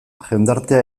jendartea